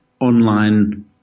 online